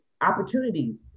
opportunities